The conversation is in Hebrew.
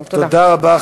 תודה רבה.